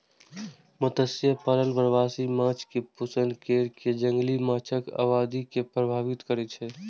मत्स्यपालन प्रवासी माछ कें पोषण कैर कें जंगली माछक आबादी के प्रभावित करै छै